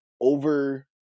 over